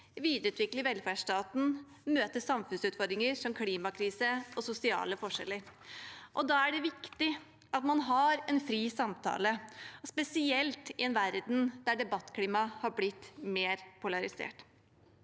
videreutvikle velferdsstaten og møte samfunnsutfordringer som klimakrise og sosiale forskjeller. Da er det viktig at man har en fri samtale, spesielt i en verden der debattklimaet har blitt mer polarisert.